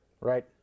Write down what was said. right